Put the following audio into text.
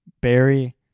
Barry